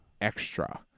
extra